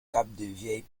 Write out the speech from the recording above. capdevielle